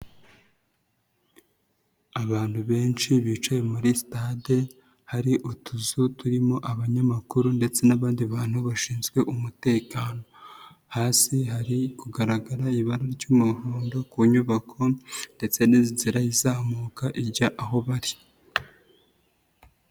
Abantu benshi bicaye muri sitade, hari utuzu turimo abanyamakuru ndetse n'abandi bantu bashinzwe umutekano. Hasi hari kugaragara ibara ry'umuhondo ku nyubako ndetse n'inzira izamuka ijya aho bari.